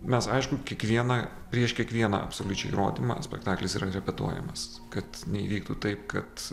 mes aišku kiekvieną prieš kiekvieną absoliučiai rodymą spektaklis yra repetuojamas kad neįvyktų taip kad